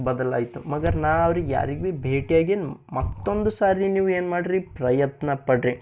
ಬದಲಾಯಿತು ಮಗರ್ ನಾನು ಅವ್ರಿಗೆ ಯಾರಿಗೆ ಭೀ ಭೇಟಿಯಾಗಿನ ಮತ್ತೊಂದು ಸಾರಿ ನೀವು ಏನ್ಮಾಡ್ರಿ ಪ್ರಯತ್ನ ಪಡ್ರಿ